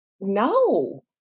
no